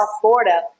Florida